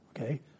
Okay